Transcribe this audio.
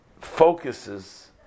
focuses